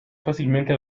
fácilmente